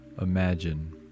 imagine